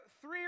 three